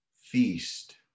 feast